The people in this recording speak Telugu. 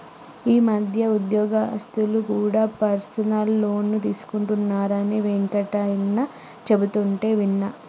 ఈ మధ్య ఉద్యోగస్తులు కూడా పర్సనల్ లోన్ తీసుకుంటున్నరని వెంకన్న చెబుతుంటే విన్నా